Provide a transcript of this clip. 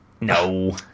No